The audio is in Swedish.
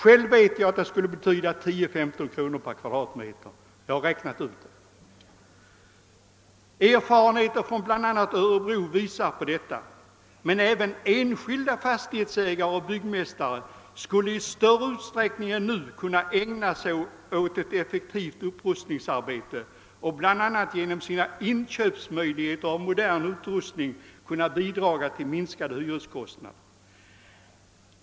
Jag vet att det skulle betyda 10—15 kr. mindre per kvadratmeter; jag har räknat ut det. Erfarenheterna från bl a. Örebro visar också på detta. Men även enskilda fastighetsägare och byggmästare skulle i större utsträckning än nu kunna ägna sig åt ett. effektivt upprust ningsarbete och bl.a. genom sina möjligheter till inköp av modern utrustning bidra till minskad hyreskostnad.